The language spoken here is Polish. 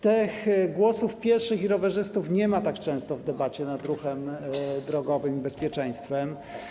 Tych głosów pieszych i rowerzystów nie ma tak dużo w debacie nad ruchem drogowym i bezpieczeństwem.